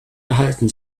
erhalten